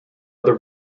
other